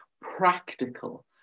practical